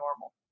normal